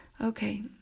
Okay